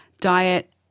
diet